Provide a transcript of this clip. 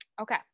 Okay